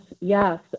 yes